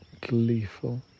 gleeful